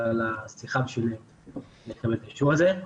על השיחה בשביל לקבל את האישור הזה.